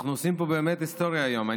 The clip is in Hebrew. עושים פה באמת היסטוריה היום.